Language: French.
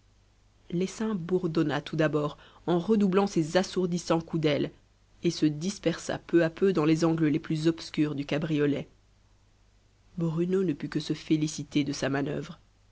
l'essaim bourdonna tout d'abord en redoublant ses assourdissants coups d'ailes et se dispersa peu à peu dans les angles les plus obscurs du cabriolet bruno ne put que se féliciter de sa manoeuvre